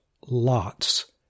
lots